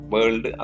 World